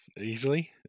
easily